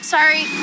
Sorry